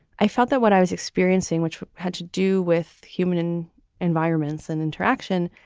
i felt that what i was experiencing, which had to do with human environments and interaction,